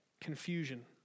confusion